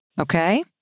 Okay